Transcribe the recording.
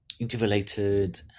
interrelated